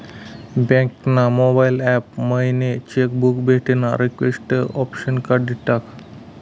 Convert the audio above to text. bank ना mobile app मयीन cheque book भेटानं रिक्वेस्ट ऑप्शन काढी टाकं